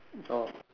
oh